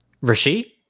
Rashid